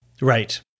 Right